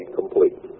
complete